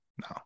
No